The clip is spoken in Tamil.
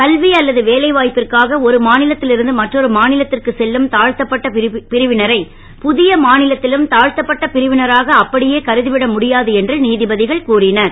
கல்வி அல்லது வேலை வாய்ப்பிற்காக ஒரு மாநிலத்தில் இருந்து மற்றொரு மாநிலத்திற்கு செல்லும் தாழ்த்தப்பட்ட பிரிவினரை புதிய மாநிலத்திலும் தாழ்த்தப்பட்ட பிரிவினராக அப்படியே கருதிவிட முடியாது என்று நீதிபதிகள் கூறினர்